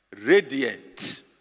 radiant